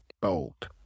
Bold